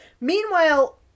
Meanwhile